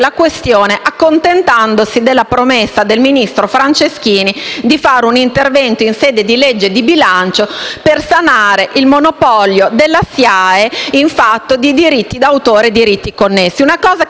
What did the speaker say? la questione accontentandosi della promessa del ministro Franceschini di intervenire in sede di legge di bilancio per sanare il monopolio della SIAE in fatto di diritti d'autore e diritti connessi.